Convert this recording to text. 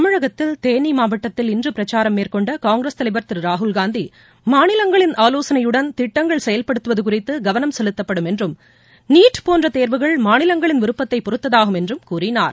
தமிழகத்தில் தேனி மாவட்டத்தில் இன்று பிரச்சாரம் மேற்கொண்ட காங்கிரஸ் தலைவர் கிரு ராகுல்காந்தி மாநிலங்களின் ஆலோசனையுடன் திட்டங்கள் செயல்படுத்துவது குறித்து கவனம் செலுத்தப்படும் என்றும் நீட் போன்ற தேர்வுகள் மாநிலங்களின் விருப்பத்தை பொறுத்ததாகும் என்று கூறினார்